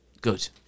Good